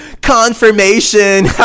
confirmation